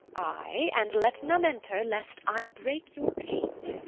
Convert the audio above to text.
ay and let none enter, lest i break your pate.